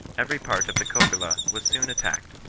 every part of the kofila was soon attacked,